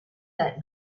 that